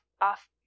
off